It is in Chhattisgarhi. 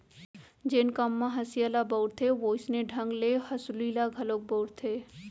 जेन काम म हँसिया ल बउरथे वोइसने ढंग ले हँसुली ल घलोक बउरथें